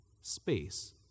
space